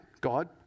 God